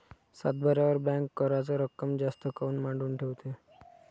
सातबाऱ्यावर बँक कराच रक्कम जास्त काऊन मांडून ठेवते?